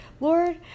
Lord